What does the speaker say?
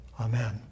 Amen